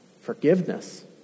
forgiveness